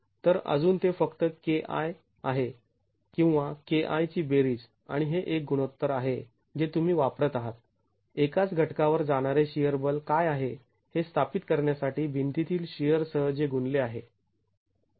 तर अजून ते फक्त K i आहे किंवा K i ची बेरीज आणि हे एक गुणोत्तर आहे जे तुम्ही वापरत आहात एकाच घटकावर जाणारे शिअर बल काय आहे हे स्थापित करण्यासाठी भिंतीतील शिअर सह जे गुणले आहे